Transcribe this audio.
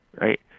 right